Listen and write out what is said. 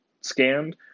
scanned